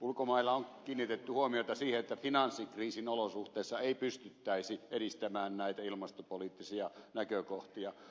ulkomailla on kiinnitetty huomiota siihen että finanssikriisin olosuhteissa ei pystyttäisi edistämään näitä ilmastopoliittisia näkökohtia